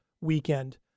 weekend